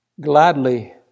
gladly